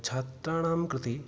छात्राणं कृते